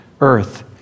earth